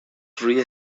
روی